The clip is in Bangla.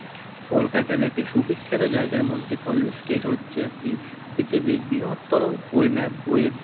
কলকাতার একটি সুবিখ্যাত জায়গার মধ্যে কলেজ স্ট্রীট হচ্ছে একটি পৃথিবীর বৃহত্তর বই ম্যা বইয়ের